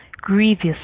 grievous